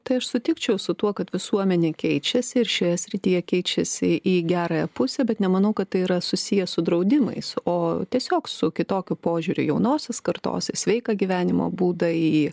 tai aš sutikčiau su tuo kad visuomenė keičiasi ir šioje srityje keičiasi į gerąją pusę bet nemanau kad tai yra susiję su draudimais o tiesiog su kitokiu požiūriu jaunosios kartos į sveiką gyvenimo būdą į